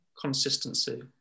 consistency